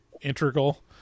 integral